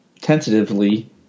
tentatively